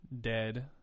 dead